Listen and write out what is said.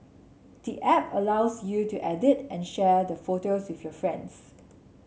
the app also allows you to edit and share the photos with your friends